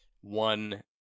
one